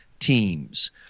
teams